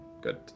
good